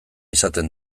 izaten